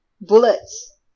Bullets